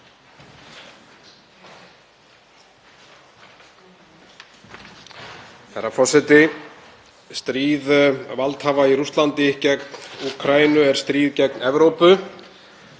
Herra forseti. Stríð valdhafa í Rússlandi gegn Úkraínu er stríð gegn Evrópu.